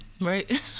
Right